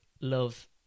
Love